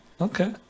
Okay